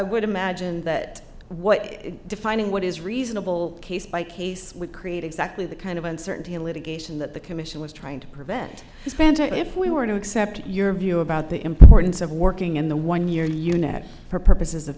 would imagine that what defining what is reasonable case by case would create exactly the kind of uncertainty litigation that the commission was trying to prevent spanta if we were to accept your view about the importance of working in the one year unit for purposes of